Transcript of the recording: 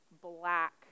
black